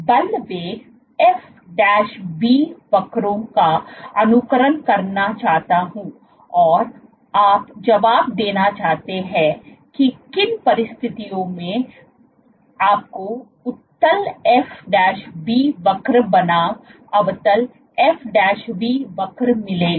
इसलिए मैं बल वेग वक्रों का अनुकरण करना चाहता हूं और आप जवाब देना चाहते हैं कि किन परिस्थितियों में आपको उत्तल f v वक्र बनाम अवतल f v वक्र मिलेगा